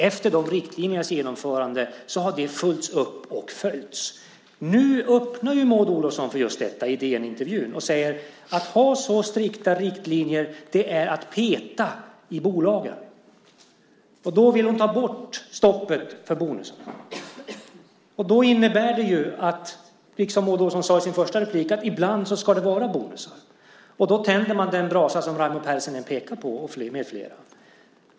Efter riktlinjernas genomförande har det följts upp och följts. Nu öppnar ju Maud Olofsson för just detta i DN-intervjun. Hon säger: Att ha så strikta riktlinjer är att peta i bolagen. Då vill hon ta bort stoppet för bonusarna. Det innebär ju, som Maud Olofsson sade i sitt första inlägg, att ibland ska det vara bonusar. Då tänder man den brasa som Raimo Pärssinen med flera pekar på.